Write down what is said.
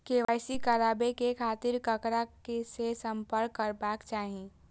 KYC कराबे के खातिर ककरा से संपर्क करबाक चाही?